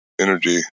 energy